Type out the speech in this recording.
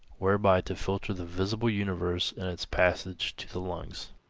whereby to filter the visible universe in its passage to the lungs.